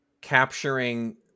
capturing